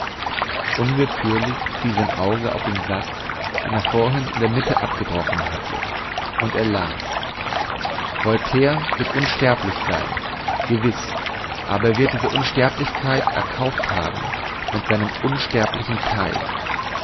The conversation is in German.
unwillkürlich fiel sein auge auf den satz den er vorhin in der mitte abgebrochen hatte und er las voltaire wird unsterblich sein gewiß aber er wird diese unsterblichkeit erkauft haben mit seinem unsterblichen teil